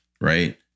right